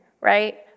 right